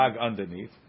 underneath